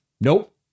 Nope